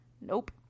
nope